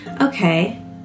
Okay